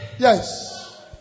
Yes